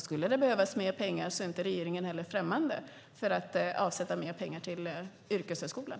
Skulle mer pengar behövas är regeringen inte främmande för att avsätta mer pengar till yrkeshögskolan.